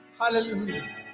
Hallelujah